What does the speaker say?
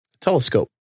telescope